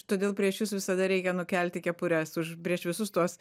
todėl prieš jus visada reikia nukelti kepures už prieš visus tuos